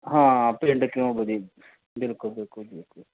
ਹਾਂ ਪਿੰਡ ਕਿਉਂ ਵਧੀ ਬਿਲਕੁਲ ਬਿਲਕੁਲ ਬਿਲਕੁਲ